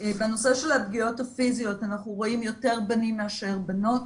בנושא של הפגיעות הפיזיות אנחנו רואים יותר בנים מאשר בנות.